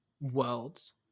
Worlds